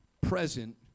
present